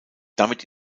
damit